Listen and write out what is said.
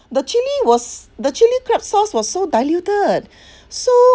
the chilli was the chilli crab sauce was so diluted so